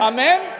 Amen